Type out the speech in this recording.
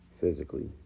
physically